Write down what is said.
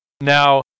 Now